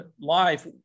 life